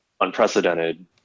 unprecedented